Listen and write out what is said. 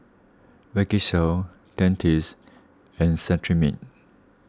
Vagisil Dentiste and Cetrimide